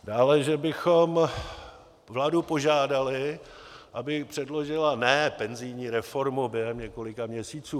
Dále, že bychom vládu požádali, aby předložila ne penzijní reformu během několika měsíců.